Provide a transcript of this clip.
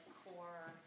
core